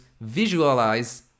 visualize